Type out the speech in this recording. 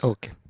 Okay